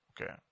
Okay